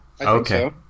Okay